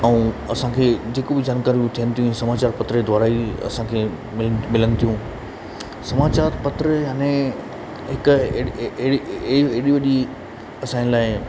ऐं असांखे जेको बि जानकारियूं थियनि थियूं इहे समाचार पत्र जे द्वारा ई असांखे मिलनि मिलनि थियूं समाचार पत्र यानी हिकु एॾी एॾी वॾी असांजे लाइ